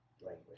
language